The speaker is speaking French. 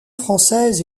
française